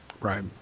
Right